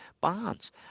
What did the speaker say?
bonds